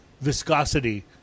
viscosity